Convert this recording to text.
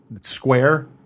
square